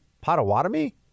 Potawatomi